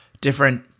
different